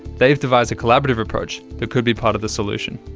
they've devised a collaborative approach that could be part of the solution.